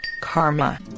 karma